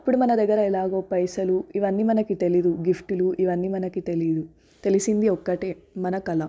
అప్పుడు మన దగ్గర ఎలాగో పైసలు ఇవన్నీ మనకి తెలీయదు గిఫ్టులు ఇవన్నీ మనకి తెలీయదు తెలిసింది ఒక్కటే మన కళ